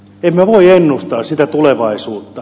emme voi ennustaa sitä tulevaisuutta